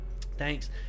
Thanks